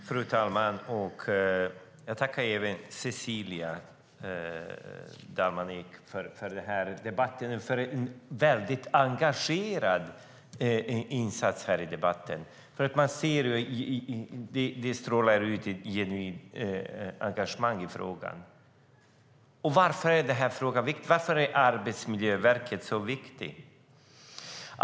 Fru talman! Jag tackar Cecilia Dalman Eek för en väldigt engagerad insats i debatten. Hon utstrålar ett genuint engagemang i frågan. Varför är Arbetsmiljöverket så viktigt?